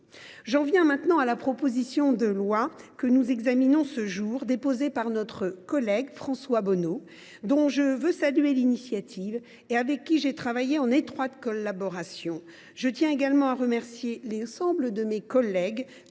J’en viens à la présente proposition de loi, déposée par notre collègue François Bonneau, dont je salue l’initiative et avec qui j’ai travaillé en étroite collaboration. Je tiens également à remercier l’ensemble de mes collègues